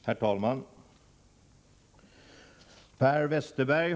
Herr talman!